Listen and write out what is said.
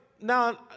Now